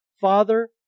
Father